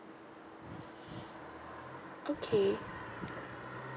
okay